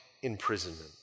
imprisonment